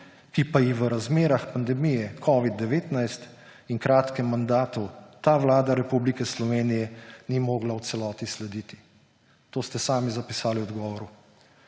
ki pa ji v razmerah pandemije covida-19 in kratkem mandatu ta Vlada Republike Slovenije ni mogla v celoti slediti. To ste sami zapisali v odgovoru.